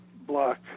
block